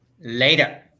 Later